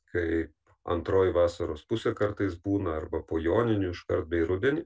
kai antroji vasaros pusė kartais būna arba po joninių iškart bei rudį